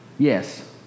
Yes